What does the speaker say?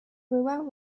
brewer